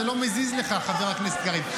זה לא מזיז לך, חבר הכנסת קריב.